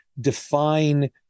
define